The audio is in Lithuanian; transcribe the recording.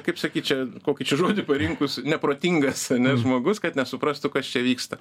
kaip sakyt čia kokį žodį parinkus neprotingas ane žmogus kad nesuprastų kas čia vyksta